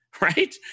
Right